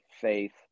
faith